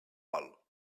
vol